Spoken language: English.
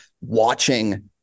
watching